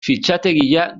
fitxategia